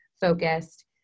focused